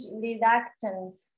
reluctant